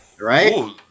right